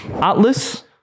Atlas